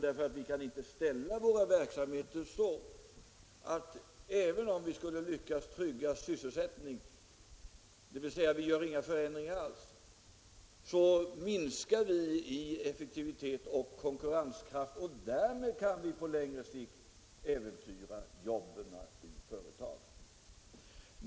Även om vi skulle lyckas trygga sysselsättningen, dvs. se till att det inte företas några förändringar alls, så minskas kanske effektivitet och konkurrenskraft, och därmed kan vi på längre sikt äventyra jobben i företagen.